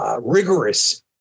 Rigorous